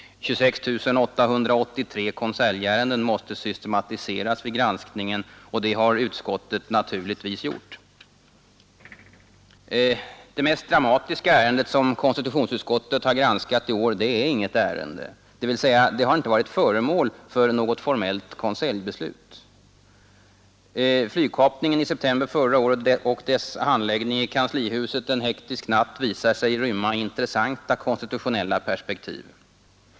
26 883 konseljärenden måste systematiseras vid granskningen, och det har utskottet naturligtvis gjort. Det mest dramatiska ärende som konstitutionsutskottet har granskat i år är egentligen inget ärende, dvs. det har inte i sig varit föremål för något formellt konseljbeslut. Flygkapningen i september förra året och dess handläggning i kanslihuset en hektisk natt visar sig rymma intressanta konstitutionella perspektiv.